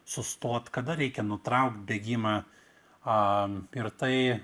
sustot kada reikia nutraukt bėgimą a ir tai